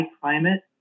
climate